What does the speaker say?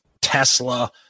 Tesla